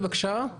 בבקשה,